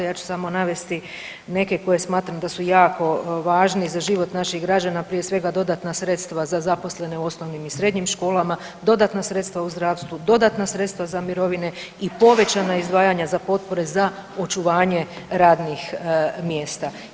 Ja ću samo navesti neke koje smatram da su jako važni za život naših građana, prije svega dodatna sredstva za zaposlene u osnovnim i srednjim školama, dodatna sredstva u zdravstvu, dodatna sredstava za mirovine i povećana izdvajanja za potpore za očuvanje radnih mjesta.